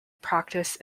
practice